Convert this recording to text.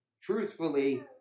truthfully